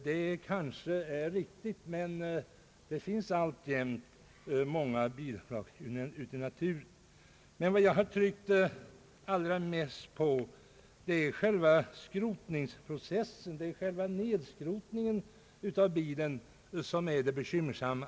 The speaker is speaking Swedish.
Det kanske är riktigt, men det finns alltjämt många bilvrak ute i naturen. Vad jag tryckt allra mest på är emellertid själva skrotningsprocessen. Det är nedskrotningen av bilen som är det bekymmersamma.